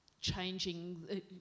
changing